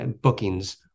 bookings